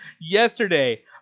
yesterday